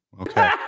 Okay